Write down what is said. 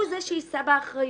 הוא זה שיישא באחריות.